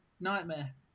nightmare